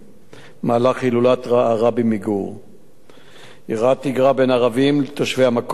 במהלך הילולת הרבי מגור אירעה תגרה בין ערבים תושבי המקום ליהודים.